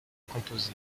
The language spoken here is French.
composé